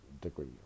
degree